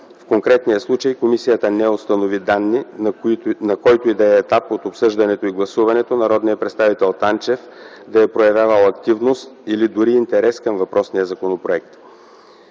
В конкретния случай комисията не установи данни на който и да е етап от обсъждането и гласуването народният представител Танчев да е проявявал активност или дори интерес към въпросния законопроект.